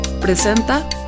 Presenta